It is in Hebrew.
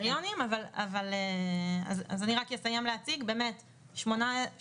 הקריטריון המרכזי והחשוב ביותר הוא כניסה של תחלואה לארץ.